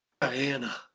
Diana